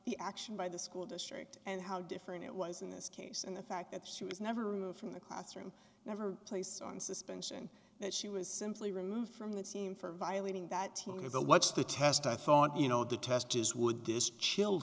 the action by the school district and how different it was in this case and the fact that she was never removed from the classroom never placed on suspension that she was simply removed from the team for violating that the what's the test i thought you know the test is would this chil